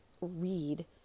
read